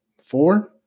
four